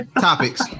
Topics